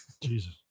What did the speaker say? Jesus